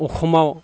आसामाव